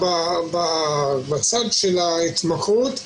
בצד של ההתמכרות,